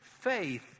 faith